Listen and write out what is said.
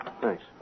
Thanks